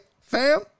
fam